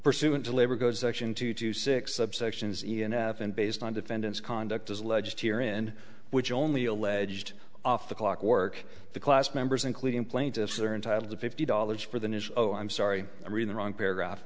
two to six subsections e m f and based on defendant's conduct as alleged here in which only alleged off the clock work the class members including plaintiffs are entitled to fifty dollars for the news oh i'm sorry i mean the wrong paragraph